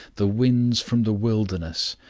the winds from the wilderness,